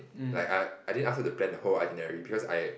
like I I didn't ask her to plan the whole itinerary because I